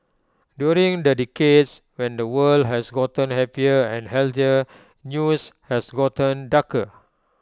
during the decades when the world has gotten happier and healthier news has gotten darker